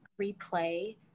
replay